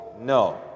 No